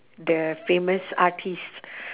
the famous artiste